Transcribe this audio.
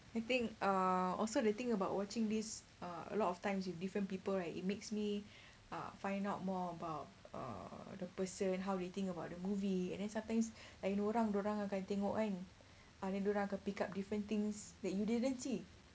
I think uh also the thing about watching this uh a lot of times with different people right it makes me uh find out more about err the person how they think about that movie and then sometimes like dia orang dia orang akan tengokkan ah then dia orang akan pick up different things that you didn't see